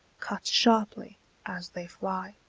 cut sharply as they fly.